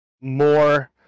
more